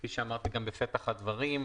כפי שאמרתי גם בפתח הדברים,